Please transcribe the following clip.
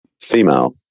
female